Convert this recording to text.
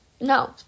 No